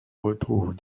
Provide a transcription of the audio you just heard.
retrouve